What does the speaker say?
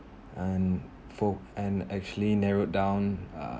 and for and actually narrowed down uh